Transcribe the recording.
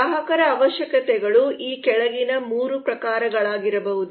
ಗ್ರಾಹಕರ ಅವಶ್ಯಕತೆಗಳು ಈ ಕೆಳಗಿನ 3 ಪ್ರಕಾರಗಳಾಗಿರಬಹುದು